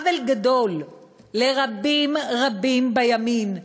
עוול גדול לרבים-רבים בימין,